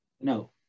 No